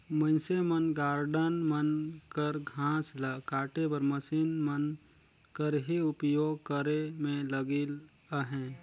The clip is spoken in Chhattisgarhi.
मइनसे मन गारडन मन कर घांस ल काटे बर मसीन मन कर ही उपियोग करे में लगिल अहें